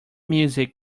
music